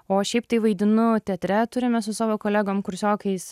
o šiaip tai vaidinu teatre turime su savo kolegom kursiokais